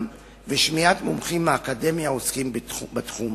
ושמיעת מומחים מהאקדמיה העוסקים בתחום.